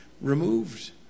removed